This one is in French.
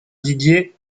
didier